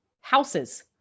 houses